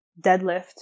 deadlift